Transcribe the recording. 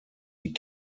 die